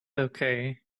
okay